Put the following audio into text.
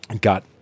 got